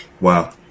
Wow